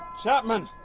chapman!